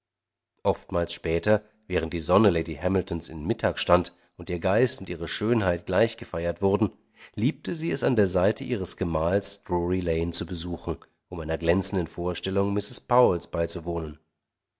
oftmals später während die sonne lady hamiltons in mittag stand und ihr geist und ihre schönheit gleich gefeiert wurden liebte sie es an der seite ihres gemahls drury lane zu besuchen um einer glänzenden vorstellung mrs powells beizuwohnen